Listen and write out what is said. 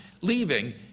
leaving